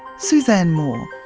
suzanne moore,